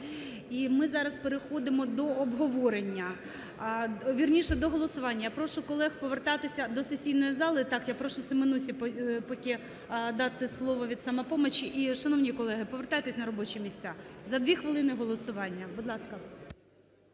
І ми зараз переходимо до обговорення, вірніше, до голосування. Я прошу колег повертатися до сесійної зали. Так, я прошу Семенусі поки дати слово від "Самопомочі". І, шановні колеги, повертайтеся на робочі місця. За дві хвилини голосування. Будь ласка.